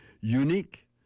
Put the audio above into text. unique